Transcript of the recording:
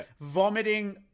vomiting